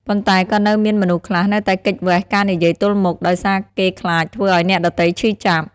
ប៉ុន្តែក៏នៅមានមនុស្សខ្លះនៅតែគេចវេសការនិយាយទល់មុខ ដោយសារគេខ្លាចធ្វើឱ្យអ្នកដទៃឈឺចាប់។